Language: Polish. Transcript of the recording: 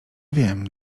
wiem